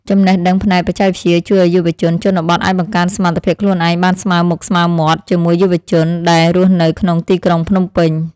ចំណេះដឹងផ្នែកបច្ចេកវិទ្យាជួយឱ្យយុវជនជនបទអាចបង្កើនសមត្ថភាពខ្លួនឯងបានស្មើមុខស្មើមាត់ជាមួយយុវជនដែលរស់នៅក្នុងទីក្រុងភ្នំពេញ។